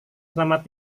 selamat